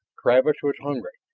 travis was hungry,